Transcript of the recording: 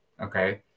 Okay